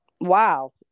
Wow